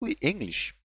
English